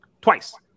Twice